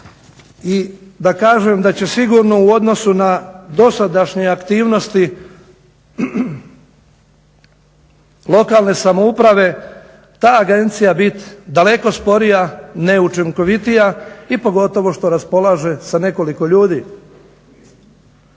i da kažem da će sigurno u odnosu na dosadašnje aktivnosti lokalne samouprave ta agencija biti daleko sporija, neučinkovitija i pogotovo što raspolaže sa nekoliko ljudi.